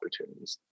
opportunities